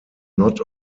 not